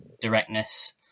directness